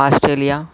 Australia